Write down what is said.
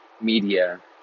media